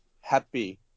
happy